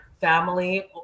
family